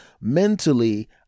mentally